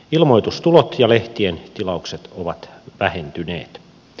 ilmoitustulot ja lehtien tilaukset ovat vähentyneet